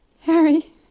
Harry